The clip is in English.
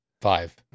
Five